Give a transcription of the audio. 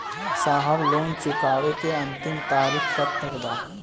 साहब लोन चुकावे क अंतिम तारीख कब तक बा?